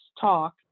talk